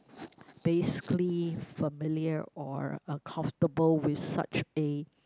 basically familiar or are comfortable with such a